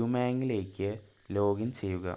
യുമാംഗിലേക്ക് login ചെയ്യുക